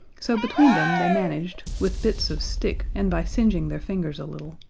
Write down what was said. so between them they managed, with bits of stick and by singeing their fingers a little,